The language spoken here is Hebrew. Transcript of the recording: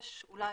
יש אולי